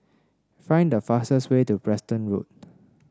find the fastest way to Preston Road